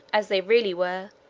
as they really were,